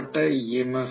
தூண்டப்பட்ட ஈ